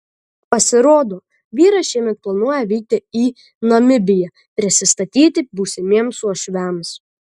pasirodo vyras šiemet planuoja vykti į namibiją prisistatyti būsimiems uošviams